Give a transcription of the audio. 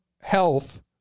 health